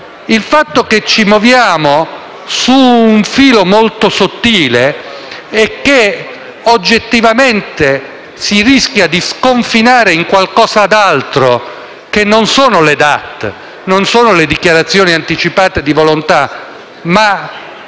Il fatto che ci muoviamo su un filo molto sottile e che, oggettivamente, si rischia di sconfinare in qualcosa d'altro che non sono le dichiarazione anticipate di volontà è